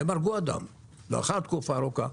והם הרגו אדם, לאחר תקופה ארוכה.